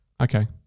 Okay